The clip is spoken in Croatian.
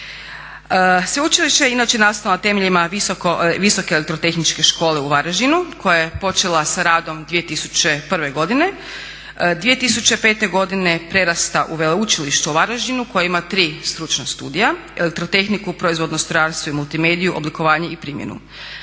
Sveučilište je inače nastalo na temeljima Visoke elektrotehničke škole u Varaždinu koja je počela sa radom 2001. godine. 2005. godine prerasta u veleučilište u Varaždinu koje ima tri stručna studija, elektrotehniku, proizvodno strojarstvo i multimediju, oblikovanje i primjenu.